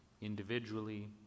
individually